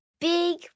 big